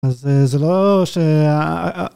אז זה לא ש...